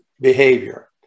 behavior